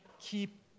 keep